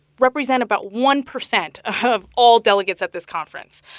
represent about one percent of all delegates at this conference,